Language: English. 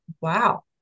wow